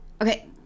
Okay